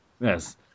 yes